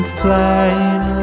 flying